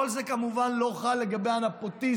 כל זה, כמובן, לא חל לגבי הנפוטיזם,